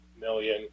million